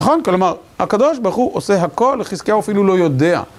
נכון? כלומר, הקדוש ברוך הוא עושה הכל, חזקיהו אפילו לא יודע.